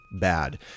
bad